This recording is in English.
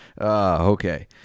Okay